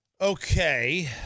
Okay